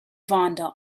vonda